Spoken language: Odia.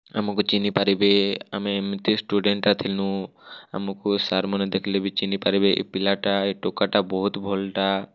ଆମକୁ ଚିହ୍ନି ପାରିବେ ଆମେ ଏମିତି ଷ୍ଟୁଡ଼େଣ୍ଟ୍ଟା ଥିଲୁ ଆମକୁ ସାର୍ମାନେ ଦେଖିଲେ ଚିବ୍ନି ପାରିବେ ଏ ପିଲାଟା ଏ ଟୋକାଟା ବହୁତ ଭଲ୍ଟା